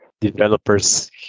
developers